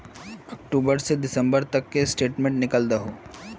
अक्टूबर से दिसंबर तक की स्टेटमेंट निकल दाहू?